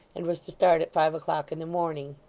and was to start at five o'clock in the morning.